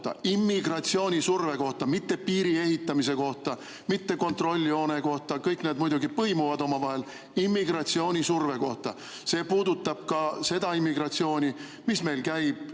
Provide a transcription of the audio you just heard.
Immigratsioonisurve kohta, mitte piiri ehitamise kohta, mitte kontrolljoone kohta. Kõik need muidugi põimuvad omavahel. Immigratsioonisurve kohta! See puudutab ka seda immigratsiooni, mis meil käib